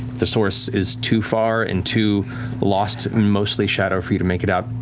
the source, is too far and too lost in mostly shadow for you to make it out,